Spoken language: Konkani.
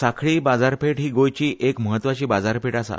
सांखळी बाजारपेठ ही गोंयची एक म्हत्वाची बाजारपेठ आसा